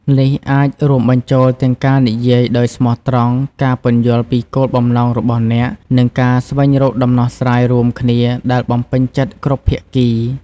នេះអាចរួមបញ្ចូលទាំងការនិយាយដោយស្មោះត្រង់ ការពន្យល់ពីគោលបំណងរបស់អ្នក និងការស្វែងរកដំណោះស្រាយរួមគ្នាដែលបំពេញចិត្តគ្រប់ភាគី។